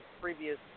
previous